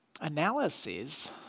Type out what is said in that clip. analyses